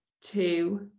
two